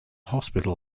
hospital